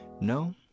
No